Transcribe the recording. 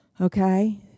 Okay